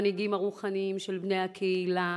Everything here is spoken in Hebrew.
המנהיגים הרוחניים של בני הקהילה,